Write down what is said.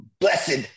blessed